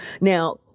Now